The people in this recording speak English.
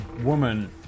woman